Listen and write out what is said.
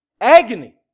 agony